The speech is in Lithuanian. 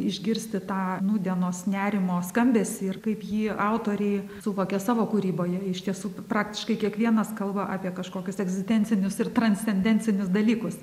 išgirsti tą nūdienos nerimo skambesį ir kaip jį autoriai suvokia savo kūryboje iš tiesų praktiškai kiekvienas kalba apie kažkokius egzistencinius ir transcendencinius dalykus